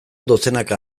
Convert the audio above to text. dozenaka